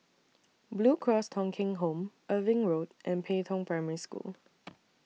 Blue Cross Thong Kheng Home Irving Road and Pei Tong Primary School